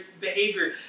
behavior